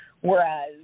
Whereas